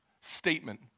statement